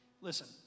listen